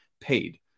paid